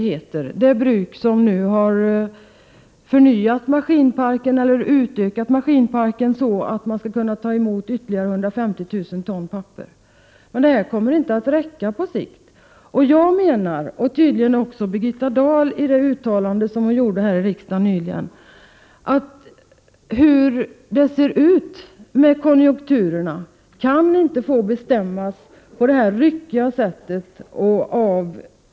Hylte Bruk har nu utökat maskinparken så att man skall kunna ta emot ytterligare 150 000 ton papper. Men det kommer inte att räcka på sikt. Jag menar — och tydligen är det också Birgitta Dahls uppfattning, med tanke på vad hon uttalade här i riksdagen nyligen — att konjunkturerna inte kan få bestämmas på detta ryckiga sätt och avt.ex.